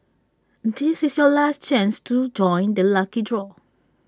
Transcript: this is your last chance to join the lucky draw